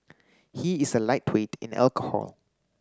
he is a lightweight in alcohol